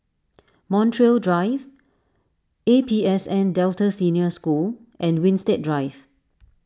Montreal Drive A P S N Delta Senior School and Winstedt Drive